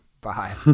Bye